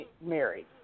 married